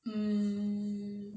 mm